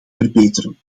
verbeteren